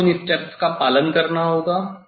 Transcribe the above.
आपको इन स्टेप्स का पालन करना होगा